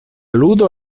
ludo